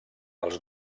els